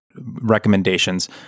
recommendations